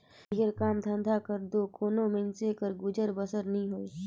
बिगर काम धंधा कर दो कोनो मइनसे कर गुजर बसर नी होए